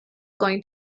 going